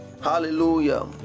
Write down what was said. Hallelujah